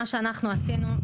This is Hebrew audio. מה שאנחנו עשינו,